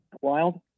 Wild